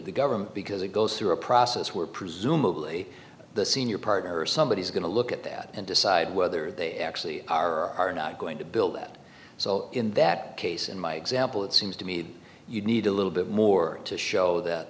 the government because it goes through a process where presumably the senior partner or somebody is going to look at that and decide whether they actually are are not going to build that so in that case in my example it seems to me you need a little bit more to show that